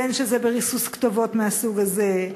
בין שזה בריסוס כתובות מהסוג הזה,